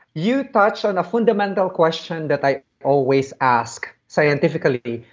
you touch on a fundamental question that i always ask scientifically.